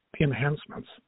enhancements